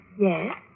Yes